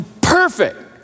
Perfect